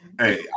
Hey